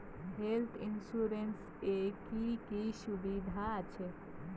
Health insurance এ কি কি সুবিধা আছে?